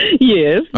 Yes